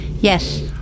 Yes